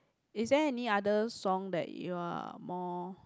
is that any other song that you are more